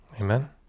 Amen